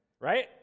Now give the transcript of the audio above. right